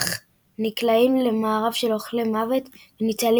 אך נקלעים למארב של אוכלי מוות וניצלים